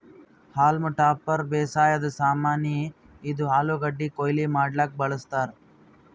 haulm topper ಬೇಸಾಯದ್ ಸಾಮಾನಿ, ಇದು ಆಲೂಗಡ್ಡಿ ಕೊಯ್ಲಿ ಮಾಡಕ್ಕ್ ಬಳಸ್ತಾರ್